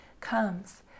comes